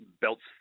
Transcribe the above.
belts